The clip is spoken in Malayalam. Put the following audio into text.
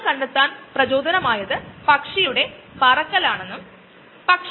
ലോകം മുഴുവനുമുള്ള വ്യാപകമായ ഇൻസുലിൻ ആവശ്യം കണക്കിലെടുക്ക ആണെകിൽ അതു വളരെ ചെറുതാണ്